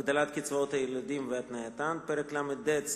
(הגדלת קצבאות הילדים והתנייתן); פרק ל"ד,